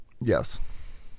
Yes